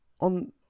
on